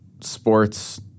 sports